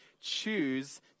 choose